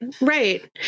right